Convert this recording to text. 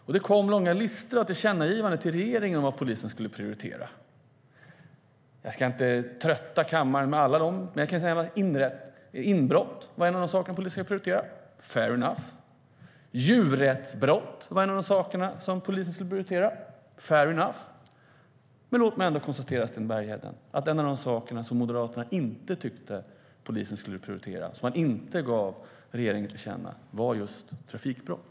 Det har kommit långa listor med tillkännagivanden till regeringen om vad polisen ska prioritera. Jag ska inte trötta kammaren med dem alla, men jag kan säga att en av de saker polisen skulle prioritera var inbrott, fair enough. Djurrättsbrott skulle polisen också prioritera, fair enough. Låt mig konstatera, Sten Bergheden, att en av de saker som Moderaterna inte ansett att polisen ska prioritera, som man inte gett regeringen till känna, gäller just trafikbrott.